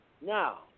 now